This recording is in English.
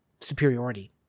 superiority